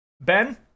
Ben